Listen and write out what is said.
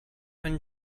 when